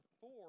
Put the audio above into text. four